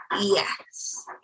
yes